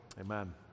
Amen